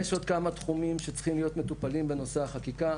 יש עוד כמה נושאים שצריכים להיות מטופלים בנושא החקיקה.